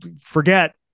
forget